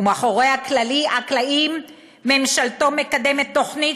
ומאחורי הקלעים ממשלתו מקדמת תוכנית